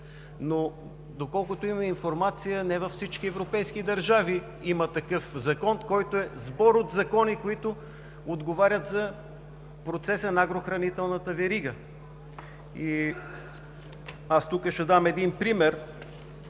но, доколкото имам информация, не във всички европейски държави има закон, който е сбор от закони, които отговарят за процеса на агрохранителната верига. Ще дам един пример